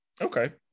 Okay